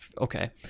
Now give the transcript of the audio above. okay